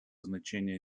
значения